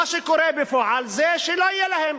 מה שקורה בפועל זה שלא יהיה להן.